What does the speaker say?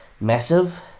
massive